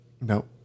Nope